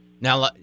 Now